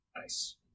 Nice